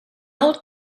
old